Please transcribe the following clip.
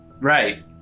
Right